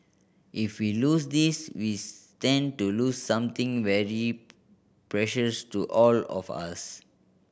if we lose this we stand to lose something very precious to all of us